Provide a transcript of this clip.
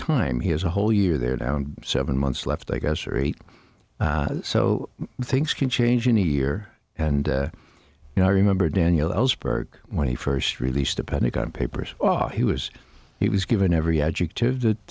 time he has a whole year they're down seven months left i guess or eight so things can change in the year and you know i remember daniel ellsberg when he first released the pentagon papers oh he was he was given every adjective that